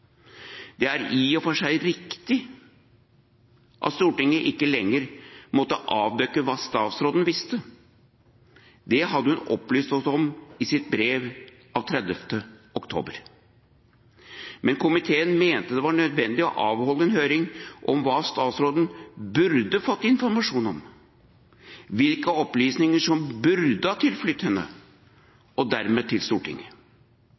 Det er i og for seg riktig at Stortinget ikke lenger måtte avdekke hva statsråden visste. Det hadde hun opplyst oss om i sitt brev av 30. oktober. Men komiteen mente det var nødvendig å avholde en høring om hva statsråden burde fått informasjon om, og hvilke opplysninger som burde tilflytt henne, og dermed til Stortinget.